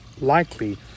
likely